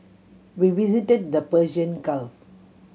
we visited the Persian Gulf